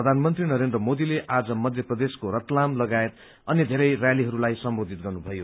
प्रधानमन्त्री नरेन्द्र मोदीले आज मध्य प्रदेशको रतलाम लगायत अन्य धेरै रयालीहरूलाई सम्बोधित गर्नुभयो